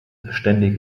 ständig